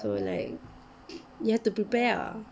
so like you have to prepare ah